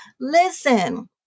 Listen